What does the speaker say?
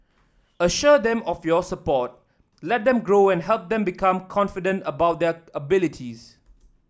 assure them of your support let them grow and help them become confident about their abilities